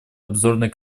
обзорной